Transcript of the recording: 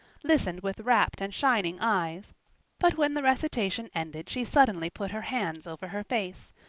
listened with rapt and shining eyes but when the recitation ended she suddenly put her hands over her face.